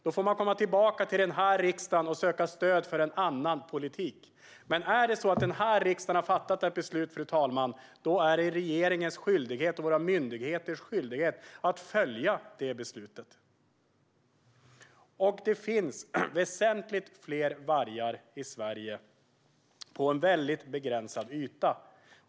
Då får man komma tillbaka till denna riksdag och söka stöd för en annan politik. Om riksdagen har fattat ett beslut är det regeringens och våra myndigheters skyldighet att följa det beslutet. Det finns väsentligt fler vargar i Sverige på en väldigt begränsad yta.